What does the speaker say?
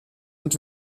und